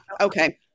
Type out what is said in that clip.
Okay